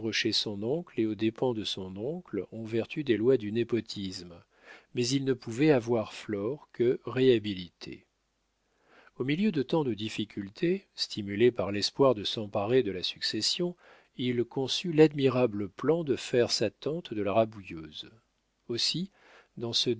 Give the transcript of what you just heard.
son oncle et aux dépens de son oncle en vertu des lois du népotisme mais il ne pouvait avoir flore que réhabilitée au milieu de tant de difficultés stimulé par l'espoir de s'emparer de la succession il conçut l'admirable plan de faire sa tante de la rabouilleuse aussi dans ce